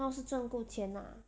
当然是赚够钱 ah